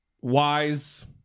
Wise